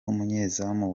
umunyezamu